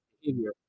behavior